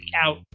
out